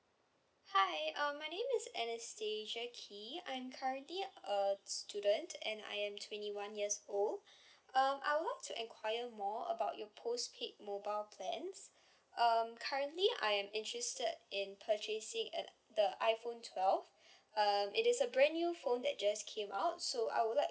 hi uh my name is anastasia key I'm currently a student and I am twenty one years old um I would like to enquire more about your postpaid mobile plans um currently I'm interested in purchasing at the iphone twelve um it is a brand new phone that just came out so I would like